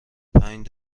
پنج